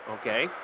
okay